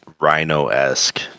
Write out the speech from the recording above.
Rhino-esque